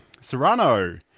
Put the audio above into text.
Serrano